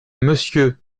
monsieur